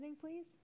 please